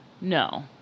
No